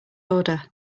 order